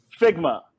Figma